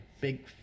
Big